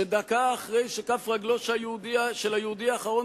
שדקה אחרי שכף רגלו של היהודי האחרון